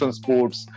sports